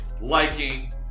liking